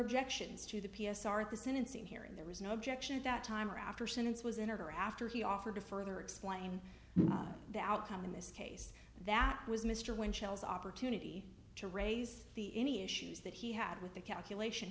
objections to the p s r at the sentencing hearing there was no objection at that time or after sentence was in order after he offered to further explain the outcome in this case that was mr wynn shells opportunity to raise the any issues that he had with the calculation